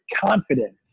confidence